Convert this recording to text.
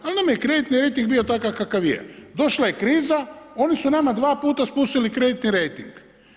Ali nama je kreditni rejting bio takav kakav je, došla je kriza, oni su nama dva puta spustili kreditni rejting.